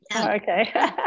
Okay